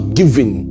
giving